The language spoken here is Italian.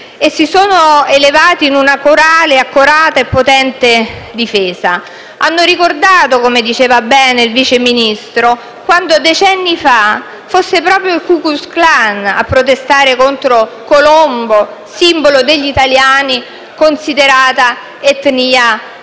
e si sono elevate in una corale, accorata, potente difesa. Hanno ricordato - come ha detto bene il Vice Ministro - come decenni fa fosse proprio il Ku Klux Klan a protestare contro Colombo, simbolo degli italiani, considerati etnia inferiore.